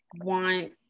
want